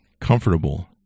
comfortable